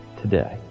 today